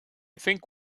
think